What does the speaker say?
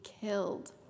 killed